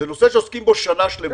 זה נושא שעוסקים בו שנה שלמה.